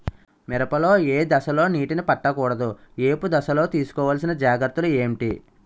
మిరప లో ఏ దశలో నీటినీ పట్టకూడదు? ఏపు దశలో తీసుకోవాల్సిన జాగ్రత్తలు ఏంటి?